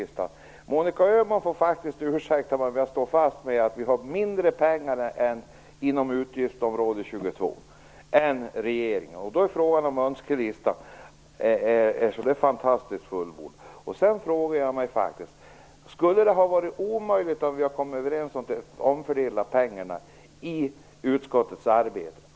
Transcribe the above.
Monica Öhman får faktiskt ursäkta om jag står fast vid att vi har mindre pengar för utgiftsområde 22 än regeringen. Då är frågan om önskelistan är så fantastiskt fullgod. Sedan frågar jag mig: Skulle det ha varit omöjligt om vi kommit överens att omfördela pengarna i utskottets arbete?